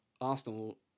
Arsenal